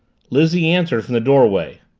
lizzie answered from the doorway.